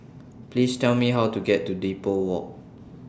Please Tell Me How to get to Depot Walk